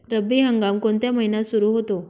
रब्बी हंगाम कोणत्या महिन्यात सुरु होतो?